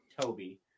Toby